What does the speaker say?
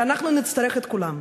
כי אנחנו נצטרך את כולם.